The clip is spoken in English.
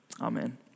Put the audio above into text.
Amen